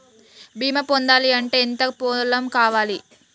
బీమా పొందాలి అంటే ఎంత పొలం కావాలి?